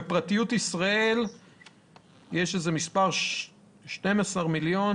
במסמך של פרטיות ישראל יש איזה מספר של 12 מיליון,